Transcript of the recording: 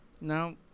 Now